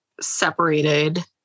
separated